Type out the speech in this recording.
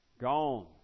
Gone